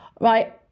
right